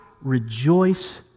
rejoice